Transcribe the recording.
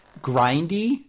grindy